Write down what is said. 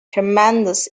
tremendous